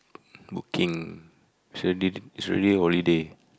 working is already is already holiday